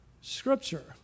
Scripture